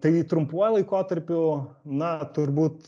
tai trumpuoju laikotarpiu na turbūt